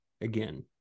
again